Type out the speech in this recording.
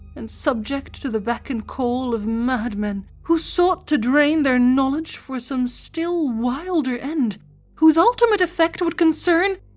and subject to the beck and call of madmen who sought to drain their knowledge for some still wilder end whose ultimate effect would concern,